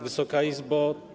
Wysoka Izbo!